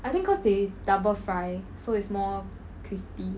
I think cause they double fry so it's more crispy